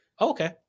Okay